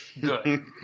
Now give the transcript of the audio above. Good